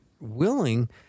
willing